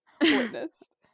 witnessed